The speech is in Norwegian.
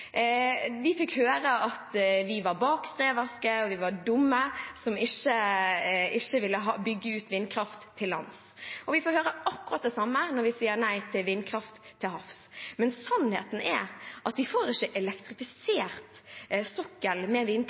fikk høre at vi var bakstreverske og dumme som ikke ville bygge ut vindkraft til lands. Vi får høre akkurat det samme når vi sier nei til vindkraft til havs. Men sannheten er at vi får ikke elektrifisert sokkelen med